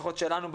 לפחות שלנו,